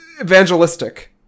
evangelistic